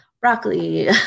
broccoli